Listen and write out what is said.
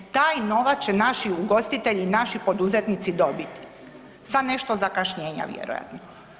Taj novac će naši ugostitelji i naši poduzetnici dobiti sa nešto zakašnjenja vjerojatno.